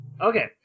okay